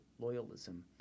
loyalism